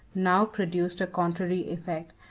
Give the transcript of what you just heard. now produced a contrary effect,